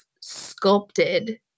sculpted